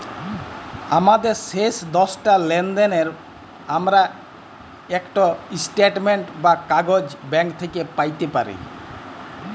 আমাদের শেষ দশটা লেলদেলের আমরা ইকট ইস্ট্যাটমেল্ট বা কাগইজ ব্যাংক থ্যাইকে প্যাইতে পারি